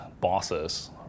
bosses